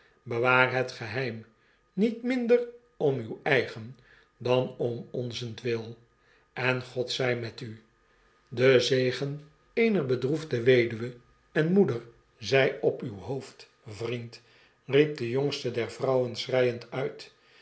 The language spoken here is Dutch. het geheim niet minder om uw eigen dan om onzentwil en god zy met u de zegen eener bedroefde weduwe en moeder zy op uw hoofd vriendr riep de jongste der vrouwenschreienduit